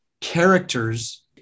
characters